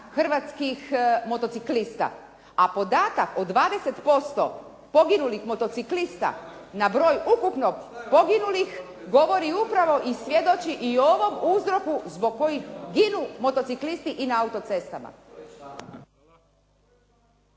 hrvatskih motociklista. A podatak od 20% poginulih motociklista na broj ukupno poginulih govori upravo i svjedoči i o ovom uzroku zbog kojih ginu motociklisti i na autocestama.